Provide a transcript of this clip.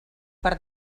per